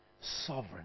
sovereign